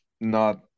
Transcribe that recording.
not-